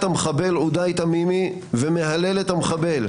המחבל עודאי תמימי ומהלל את המחבל.